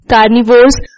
Carnivores